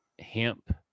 Hemp